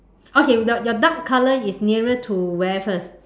okay your dark dark color is nearer to where first